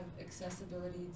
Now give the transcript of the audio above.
accessibility